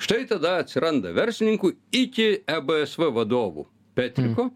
štai tada atsiranda verslininkų iki ebsv vadovų petriko